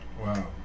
Wow